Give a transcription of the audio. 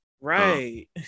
Right